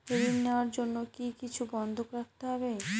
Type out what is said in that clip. ঋণ নেওয়ার জন্য কি কিছু বন্ধক রাখতে হবে?